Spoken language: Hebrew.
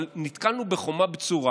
אבל נתקלנו בחומה בצורה,